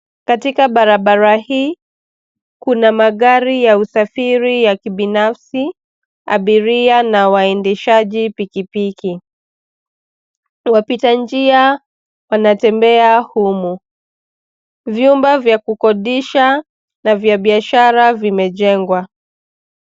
Katika barabara hii kuna magari ya usafiri ya kibinafsi, abiria na waendeshaji pikipiki. Wapita njia wanatembea humu. Vyumba vya kukodisha na vya biashara vimejengwa.